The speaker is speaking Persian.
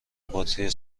باتری